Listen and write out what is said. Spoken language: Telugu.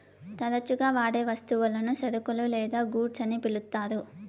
తరచుగా వాడే వస్తువులను సరుకులు లేదా గూడ్స్ అని పిలుత్తారు